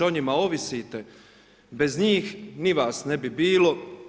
O njima ovisite, bez njih ni vas ne bi bilo.